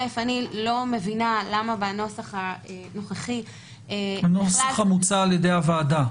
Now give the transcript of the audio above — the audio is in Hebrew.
אני לא מבינה למה בנוסח הנוכחי -- הנוסח המוצע על ידי הוועדה.